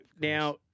Now